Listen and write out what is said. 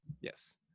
Yes